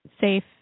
safe